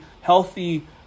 healthy